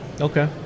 Okay